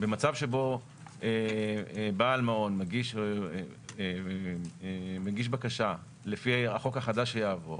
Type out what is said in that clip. במצב שבו בעל מעון מגיש בקשה לפי החוק החדש שיעבור